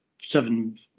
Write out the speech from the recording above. seven